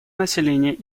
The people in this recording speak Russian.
населения